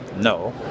No